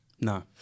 No